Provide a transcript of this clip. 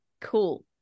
Cool